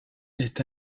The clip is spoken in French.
est